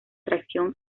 tracción